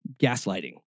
gaslighting